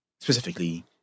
specifically